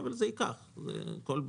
אבל זה ייקח זמן,